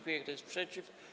Kto jest przeciw?